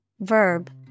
verb